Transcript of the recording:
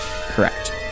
Correct